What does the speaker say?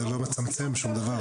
זה לא מצמצם שום דבר.